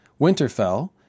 Winterfell